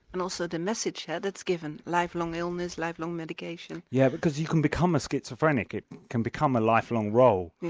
and also the message yeah that's given, lifelong illness, lifelong medication. yeah, because you can become a schizophrenic, it can become a lifelong role.